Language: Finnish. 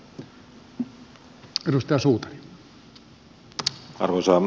arvoisa puhemies